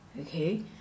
Okay